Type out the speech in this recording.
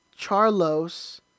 charlos